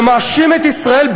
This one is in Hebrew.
ומאשים את ישראל,